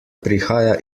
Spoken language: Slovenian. prihaja